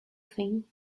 think